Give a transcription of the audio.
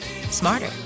smarter